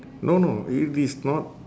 no no if it's not